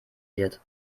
wird